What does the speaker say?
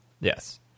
Yes